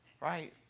Right